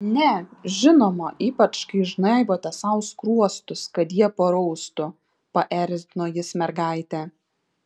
ne žinoma ypač kai žnaibote sau skruostus kad jie paraustų paerzino jis mergaitę